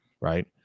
right